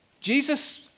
Jesus